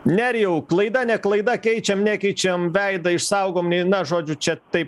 nerijau klaida ne klaida keičiam nekeičiam veidą išsaugom nei na žodžiu čia taip